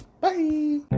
Bye